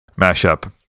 mashup